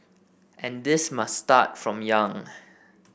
and this must start from young